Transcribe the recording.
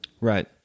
Right